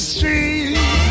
Street